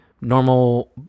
normal